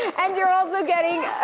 and you're also getting